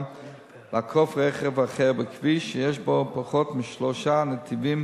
לעקוף רכב אחר בכביש שיש בו פחות משלושה נתיבים